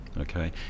Okay